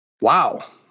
wow